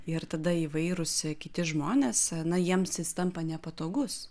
ir tada įvairūs kiti žmonės na jiems jis tampa nepatogus